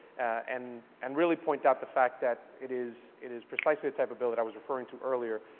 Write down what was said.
and and really point out the fact that, it is it is precisely the type of bill that i was referring to earlier,